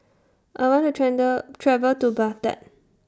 I want to travel to Baghdad